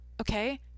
Okay